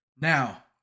Now